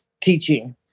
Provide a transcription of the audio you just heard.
teaching